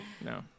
no